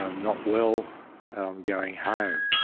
um not well, and i'm going home.